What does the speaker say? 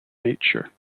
nature